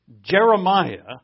Jeremiah